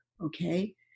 Okay